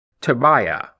Tobiah